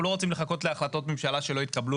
אנחנו לא רוצים לחכות להחלטות ממשלה שלא יתקבלו.